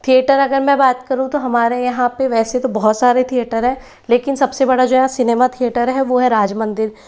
theatre अगर मैं बात करूं तो हमारे यहाँ पे वैसे तो बहुत सारे थिएटर हैं लेकिन सबसे बड़ा जो है सिनेमा थिएटर है वो है राज मंदिर